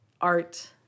art